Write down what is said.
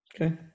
Okay